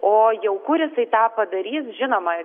o jau kur jisai tą padarys žinoma